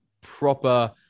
proper